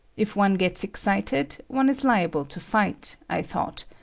if one gets excited, one is liable to fight, i thought,